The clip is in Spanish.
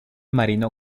marino